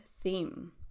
theme